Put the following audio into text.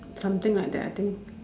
something like that I think